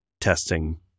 testing